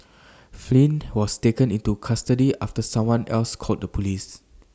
Flynn was taken into custody after someone else called the Police